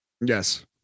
Yes